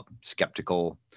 skeptical